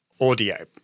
audio